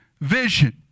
vision